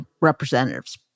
representatives